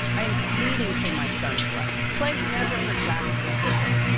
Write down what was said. i am pleading for my son's life. planck never heard back from hitler.